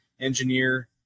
engineer